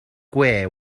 gwe